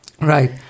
Right